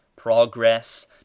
progress